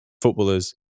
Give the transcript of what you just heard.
footballers